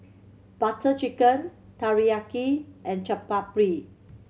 Butter Chicken Teriyaki and Chaat Papri